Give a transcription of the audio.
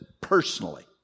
personally